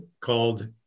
called